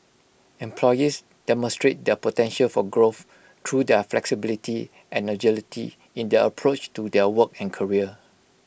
employees demonstrate their potential for growth through the flexibility and agility in their approach to their work and career